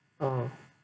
oh